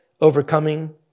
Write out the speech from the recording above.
overcoming